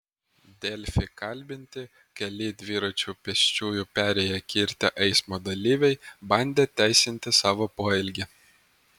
delfi kalbinti keli dviračiu pėsčiųjų perėją kirtę eismo dalyviai bandė teisinti savo poelgį